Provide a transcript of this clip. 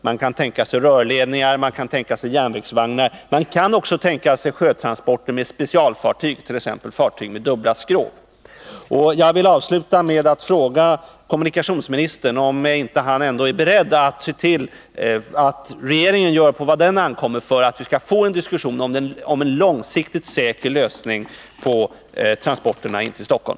Man kan tänka sig att använda rörledningar eller järnvägsvagnar, men man kan också tänka sig sjötransporter med specialfartyg, t.ex. fartyg med dubbla skrov. Jag vill avsluta med att fråga kommunikationsministern om han ändå inte är beredd att se till att regeringen gör vad på den ankommer för att vi skall få en diskussion om en långsiktigt säker lösning av frågan om oljetransporterna in till Stockholm.